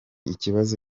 ikibazo